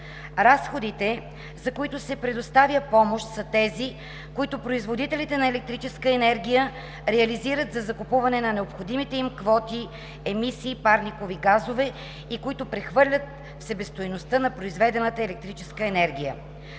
Разходите, за които се предоставя помощ, са тези, които производителите на електрическа енергия реализират за закупуване на необходимите им квоти емисии парникови газове и които прехвърлят в себестойността на произведената електрическа енергия.